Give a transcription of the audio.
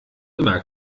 immer